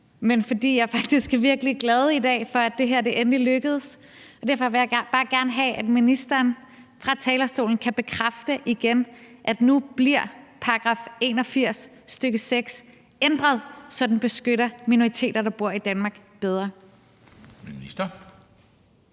men fordi jeg faktisk er virkelig glad i dag for, at det her endelig lykkedes. Derfor vil jeg bare gerne have, at ministeren fra talerstolen igen kan bekræfte, at nu bliver § 81, stk. 6, ændret, så den beskytter minoriteter, der bor i Danmark, bedre.